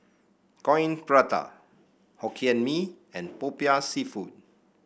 Coin Prata Hokkien Mee and Popiah seafood